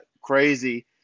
crazy